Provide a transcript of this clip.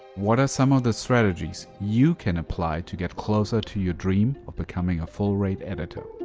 what are some of the strategies you can apply to get closer to your dream of becoming a full-rate editor?